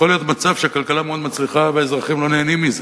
יכול להיות מצב שהכלכלה מאוד מצליחה והאזרחים לא נהנים מזה.